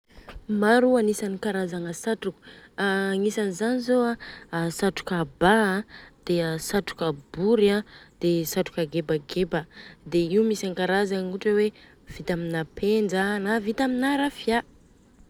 Maro agnisany karazagna satroka, aa agnisany zany zô an a satroka ba an de a satroka bory de satroka gebageba. Dia io misy ankarazagna ohatra hoe vita amina penja na vita amina rafia.